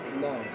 no